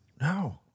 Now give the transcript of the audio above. no